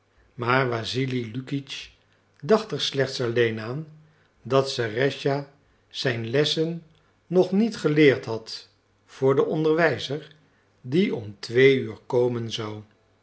maar wassili lukitsch dacht er slechts alleen aan dat serëscha zijn lessen nog niet geleerd had voor den onderwijzer die om twee uur komen zou